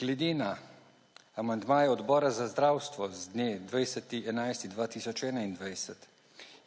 Glede na amandmaje Odbora za zdravstvo, z dne 20. 11. 2021